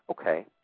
Okay